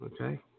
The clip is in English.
okay